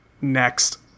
Next